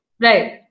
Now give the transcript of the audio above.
Right